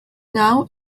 now